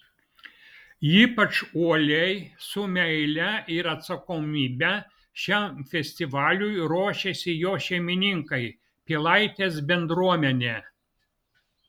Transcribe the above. ypač uoliai su meile ir atsakomybe šiam festivaliui ruošiasi jo šeimininkai pilaitės bendruomenė